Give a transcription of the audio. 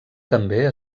també